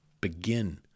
begin